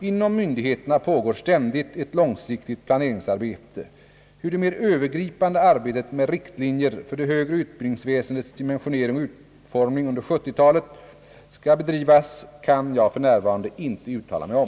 Inom myndigheterna pågår ständigt ett långsiktigt planeringsarbete. Hur det mer Öövergripande arbetet med riktlinjer för det högre utbildningsväsendets dimensionering och utformning under 1970-talet skall bedrivas kan jag f. n. inte uttala mig om.